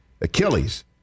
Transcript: Achilles